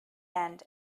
end